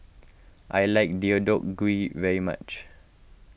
I like Deodeok Gui very much